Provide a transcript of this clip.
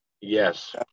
Yes